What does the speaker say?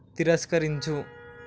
తిరస్కరించు